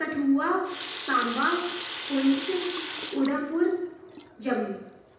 Kathua Samba Poonch Udhampur Jammu